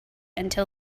until